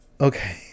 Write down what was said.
Okay